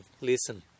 listen